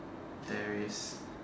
there is